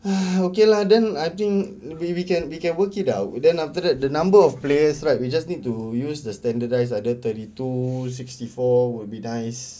okay lah then I think maybe we can we can work it ah then after that the number of players right we just need to use the standardized ah the thirty two sixty four will be nice